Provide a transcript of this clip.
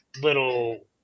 little